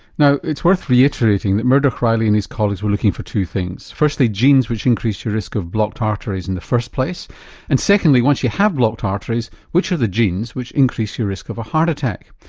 now it's worth reiterating that muredach reilly and his colleagues were looking for two things. firstly genes which increase your risk of blocked arteries in the first place and secondly, once you have blocked arteries which are the genes which increase your risk of a heart attack?